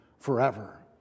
forever